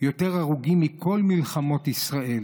יותר הרוגים מכל מלחמות ישראל.